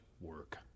work